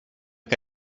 que